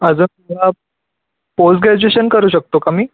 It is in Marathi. अजून मला पोस्टग्रॅज्यूएशन करू शकतो का मी